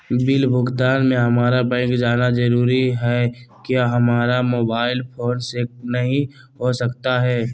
Bill भुगतान में हम्मारा बैंक जाना जरूर है क्या हमारा मोबाइल फोन से नहीं हो सकता है?